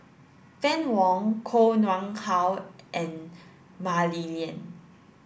Fann Wong Koh Nguang How and Mah Li Lian